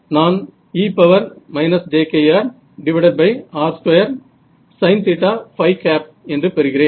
நான் e jkrr2sin என்று பெறுகிறேன்